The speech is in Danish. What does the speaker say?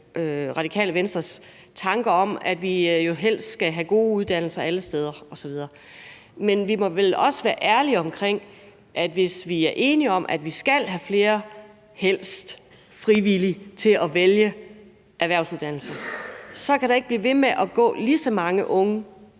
Radikale Venstres tanker om, at vi helst skal have gode uddannelser alle steder osv. Men vi må vel også være ærlige om, at hvis vi er enige om, at vi skal have flere, helst frivilligt, til at vælge erhvervsuddannelser, kan der ikke blive ved med at gå lige så mange unge